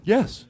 Yes